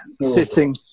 sitting